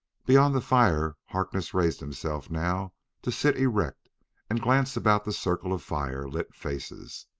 beyond the fire, harkness raised himself now to sit erect and glance about the circle of fire-lit faces.